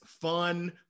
fun